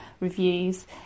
Reviews